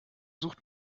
sucht